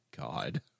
God